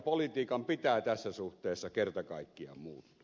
politiikan pitää tässä suhteessa kerta kaikkiaan muuttua